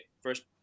first